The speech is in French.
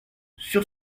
sur